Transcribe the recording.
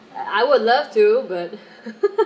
I would love to but